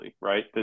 right